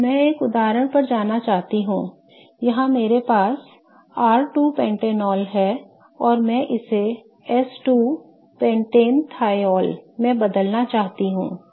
अब मैं एक उदाहरण पर जाना चाहता हूं यहाँ मेरे साथ R 2 पेंटेनॉल है और मैं इसे S 2 pentanethiol में बदलना चाहता हूँ